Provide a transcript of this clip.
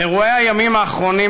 אירועי הימים האחרונים,